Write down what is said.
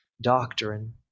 doctrine